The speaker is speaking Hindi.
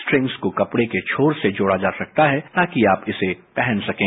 स्ट्रिंग्स को कपड़े के छोर से जोड़ा जा सकता है ताकि आप इसे पहन सकें